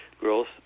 growth